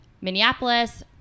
Minneapolis